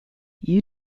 you